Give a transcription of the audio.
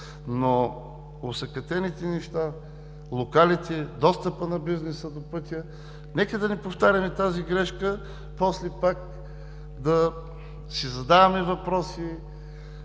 но осакатените неща, локалите, достъпът на бизнеса до пътя. Нека да не повтаряме тази грешка, после пак да си задаваме въпроси,